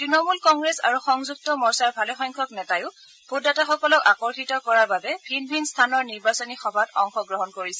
তৃণমূল কংগ্ৰেছ আৰু সংযুক্ত মৰ্চাৰ ভালেসংখ্যক নেতায়ো ভোটদাতাসকলক আকৰ্ষিত কৰাৰ বাবে ভিন ভিন স্থানৰ নিৰ্বাচনী সভাত অংশগ্ৰহণ কৰিছে